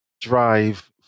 drive